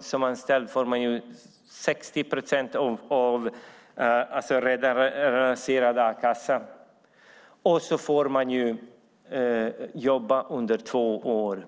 Som anställd får man 60 procent av reducerad a-kassa och får jobba under två år.